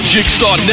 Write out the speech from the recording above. Jigsaw